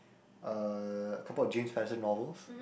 uh a couple of James-Tyson novels